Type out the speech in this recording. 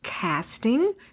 casting